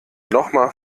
nochmal